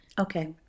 Okay